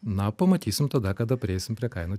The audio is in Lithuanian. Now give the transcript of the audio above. na pamatysim tada kada prieisim prie kainų